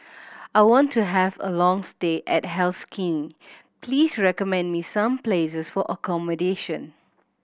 I want to have a long stay at Helsinki please recommend me some places for accommodation